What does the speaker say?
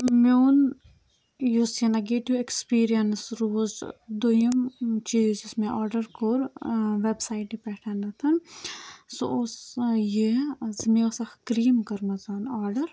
میون یُس یہِ نَگیٹِو اٮ۪کٕسپیٖریَنٕس روٗز دوٚیِم چیٖز یُس مےٚ آرڈَر کوٚر وٮ۪بسایٹہِ پٮ۪ٹھ سُہ اوس یہِ زِ مےٚ ٲس اَکھ کرٛیٖم کٔرمٕژ آرڈَر